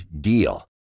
DEAL